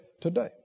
today